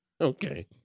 Okay